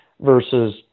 versus